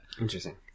Interesting